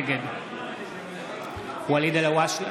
נגד ואליד אלהואשלה,